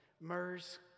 MERS